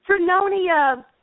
Fernonia